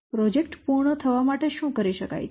project પૂર્ણ થવા માટે શું કરી શકાય છે